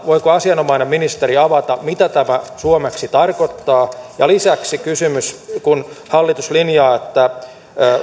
voiko asianomainen ministeri avata mitä tämä suomeksi tarkoittaa ja lisäksi kysymys kun hallitus linjaa että